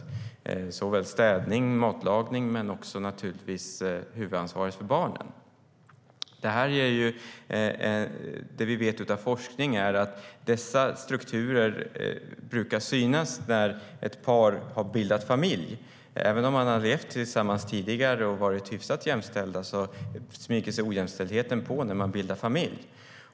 Det gäller såväl städning som matlagning men också huvudansvaret för barnen. Vi vet, utifrån forskning, att dessa strukturer brukar synas när ett par har bildat familj. Även om man har levt tillsammans tidigare och varit hyfsat jämställda smyger sig ojämställdheten på när man bildar familj.